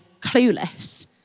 clueless